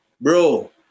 bro